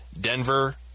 Denver